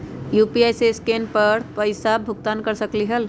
UPI से scan कर पईसा भुगतान कर सकलीहल?